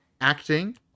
acting